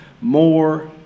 more